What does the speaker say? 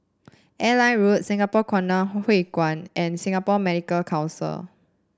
Airline Road Singapore Hui Kuan and Singapore Medical Council